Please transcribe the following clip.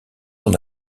son